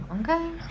okay